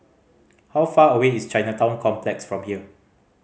how far away is Chinatown Complex from here